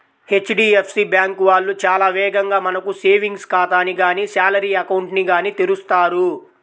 HDFC bank వాళ్ళు చాలా వేగంగా మనకు సేవింగ్స్ ఖాతాని గానీ శాలరీ అకౌంట్ ని గానీ తెరుస్తారు